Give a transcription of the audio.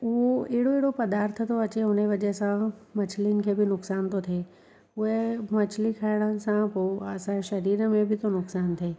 उहो अहिड़ो अहिड़ो पदार्थ थो अचे हुनजे वजह सां मछलियुनि खे बि नुक़सान थो थिए उहे मछ्ली खाइण सां पोइ असांजे शरीर में बि तो नुक़सान थिए